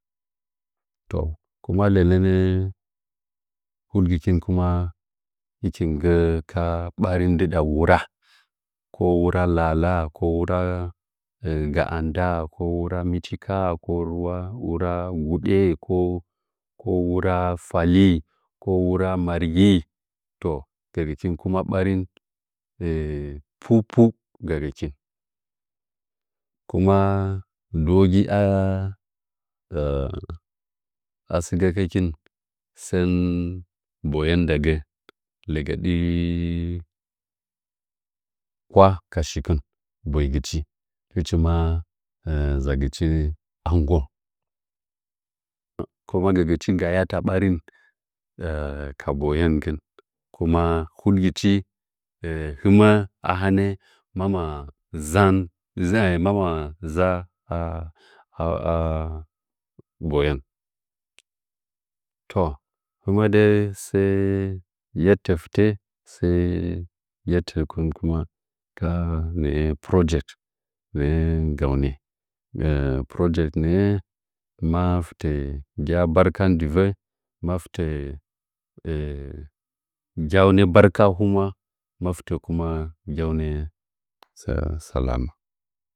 Toh kuma lənə ne hudigikin kame hɨchim gə ka ɓarin ndɨda wura ko wura lala, ko wura ga'a nda ko wura mɨchika ka wura gudə ko wura fali ko wura margi to gəgikin kuma ɓarin pupu gəgɨkin kuma ndiwogi ara a sɨkə gəkin sən boyen nda gən legədi kwah ka shikɨn boigɨchi hɨchi waa an gon kuma gəgɨchi gayata barin ka bəyen kɨn kuma hud gɨchi hɨmə a hanə hiniəm nzan hina za boyen toh himə dəi sai yetə fɨtə sai yettitɨnkin kuma ka nə'ə project nə'ə gaunə project nə'ə mafta gya'a barkan dɨvə mafta e jannda barkaung himnaa mafɨa kuma geunə sa salama.